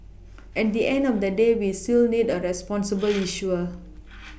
at the end of the day we still need a responsible issuer